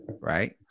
Right